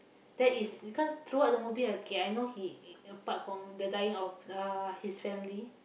that is because throughout the movie okay I know he apart from the dying of uh his family